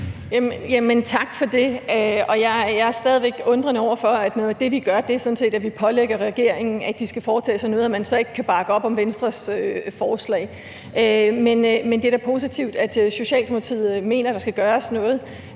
man, når det, vi gør, sådan set er, at vi pålægger regeringen, at de skal foretage sig noget, så ikke kan bakke op om Venstres forslag. Men det er da positivt, at Socialdemokratiet mener, at der skal gøres noget.